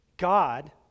God